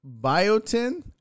biotin